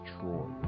Troy